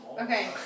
Okay